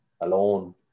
alone